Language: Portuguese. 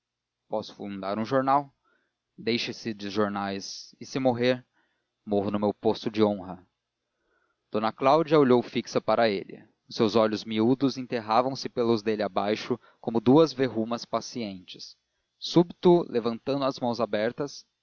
posso fundar um jornal deixe-se de jornais e se morrer morro no meu posto de honra d cláudia olhou fixa para ele os seus olhos miúdos enterravam se pelos dele abaixo como duas verrumas pacientes súbito levantando as mãos abertas